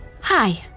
Hi